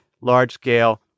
large-scale